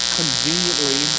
conveniently